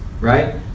right